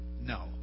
No